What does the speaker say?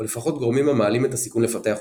או לפחות גורמים המעלים את הסיכון לפתח אותה,